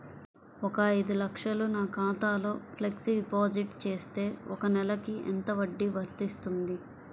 ఒక ఐదు లక్షలు నా ఖాతాలో ఫ్లెక్సీ డిపాజిట్ చేస్తే ఒక నెలకి ఎంత వడ్డీ వర్తిస్తుంది?